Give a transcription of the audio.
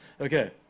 Okay